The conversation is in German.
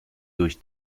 durch